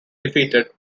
defeated